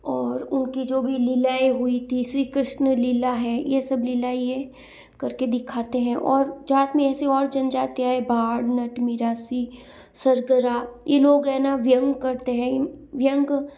और उनकी जो भी लीलाएं हुई थी श्री कृष्ण लीला है ये सब लीलाएं ये कर के दिखाते हैं और जाट में ऐसी और जनजातियाँ हैं भाड़ नट मिरासी सरगरा ये लोग है ना व्यंग करते हैं व्यंग